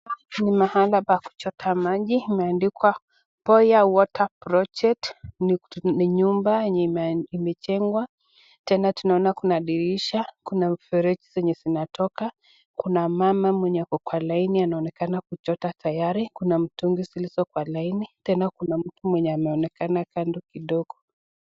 Ni mahala pa kuchota maji imeandikwa Boya Water Project, ni nyumba yenye imejengwa, tena tunaonakuna dirisha, kuna mfereji zenye zinatoka, kuna mama mwenye ako kwa laini anaonekana kuchota tayari, kuna mtungi zilizo kwa laini, tena kuna mtu mwenye ameonekana kando kidogo.